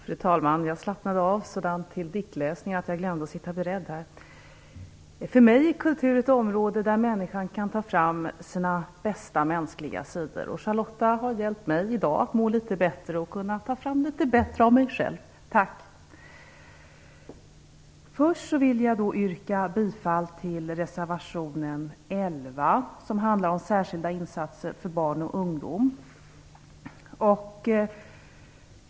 Fru talman! Jag slappnade av så dant till diktläsningen att jag glömde att sitta beredd. För mig är kultur ett område där människan kan ta fram sina bästa mänskliga sidor. Charlotta har hjälpt mig i dag att må litet bättre och kunna ta fram litet bättre av mig själv. Tack! Jag vill först yrka bifall till reservationen 11, som handlar om särskilda insatser för barn och ungdom.